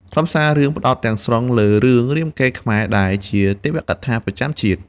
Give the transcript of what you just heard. ខ្លឹមសាររឿងផ្តោតទាំងស្រុងលើរឿង រាមកេរ្តិ៍ខ្មែរ ដែលជាទេវកថាប្រចាំជាតិ។